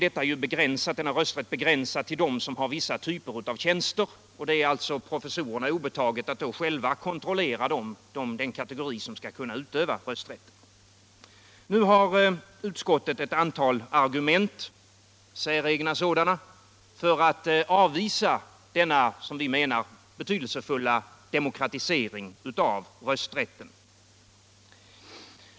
F. n. är denna rösträtt begränsad till forskare som har vissa typer av tjänster, och det är då professorerna obetaget att själva kontrollera den kategori som skall kunna utöva rösträtt. Nu har utskottet ett antal argument — säregna sådana — för att avvisa denna, som vi menar, betydelsefulla demokratisering av rösträtten.